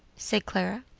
said clara.